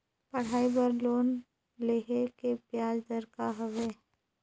पढ़ाई बर लोन लेहे के ब्याज दर का हवे?